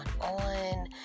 on